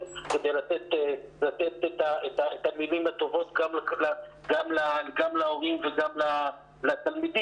כדי לתת את המילים הטובות גם להורים וגם לתלמידים,